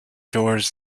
doors